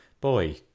boy